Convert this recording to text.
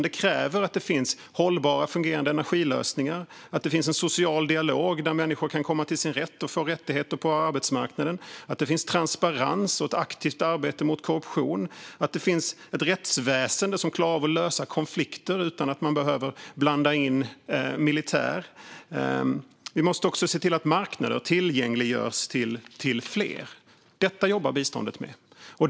Det kräver att det finns hållbara, fungerande energilösningar, en social dialog där människor kan komma till sin rätt och få rättigheter på arbetsmarknaden, att det finns transparens och ett aktivt arbete mot korruption och att det finns ett rättsväsen som klarar av att lösa konflikter utan att man behöver blanda in militär. Vi måste också se till att marknader tillgängliggörs för fler. Detta jobbar biståndet med.